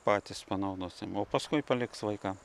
patys panaudosim o paskui paliks vaikam